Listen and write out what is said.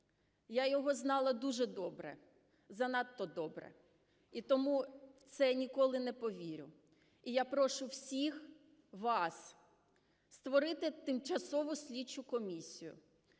Я його знала дуже добре, занадто добре, і тому в це ніколи не повірю. І я прошу всіх вас створити тимчасову слідчу комісію,